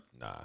nah